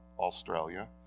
Australia